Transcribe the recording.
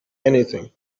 anything